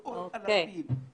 מאות אנשים,